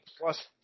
plus